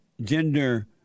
gender